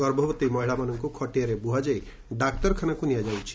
ଗଭବତୀ ମହିଳାମାନଙ୍କୁ ଖଟିଆରେ ବୁହାଯାଇ ଡାକ୍ତରଖାନାକୁ ନିଆଯାଉଛି